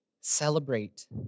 celebrate